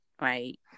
Right